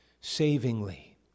savingly